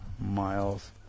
miles